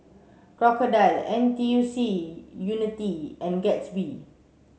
Crocodile N T U C Unity and Gatsby